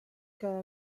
que